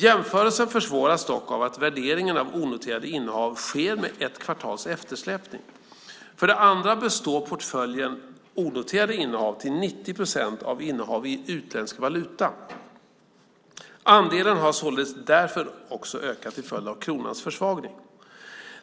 Jämförelsen försvåras dock av att värderingen av onoterade innehav sker med ett kvartals eftersläpning. För det andra består portföljen onoterade innehav till 90 procent av innehav i utländsk valuta. Andelen har således också ökat till följd av kronans försvagning.